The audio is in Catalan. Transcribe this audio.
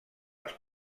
les